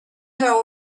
her